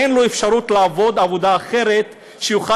אין לו אפשרות לעבוד בעבודה אחרת שיוכל